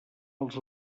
als